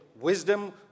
wisdom